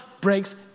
breaks